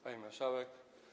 Pani Marszałek!